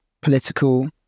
political